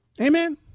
Amen